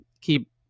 keep